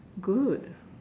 good